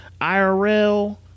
IRL